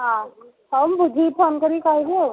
ହଉ ହଉ ମୁଁ ବୁଝିକି ଫୋନ୍ କରିକି କହିବି ଆଉ